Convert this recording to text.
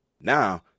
Now